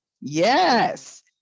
Yes